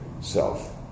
self